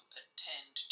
attend